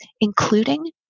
including